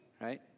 right